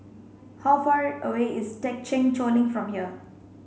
how far away is Thekchen Choling from here